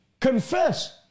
Confess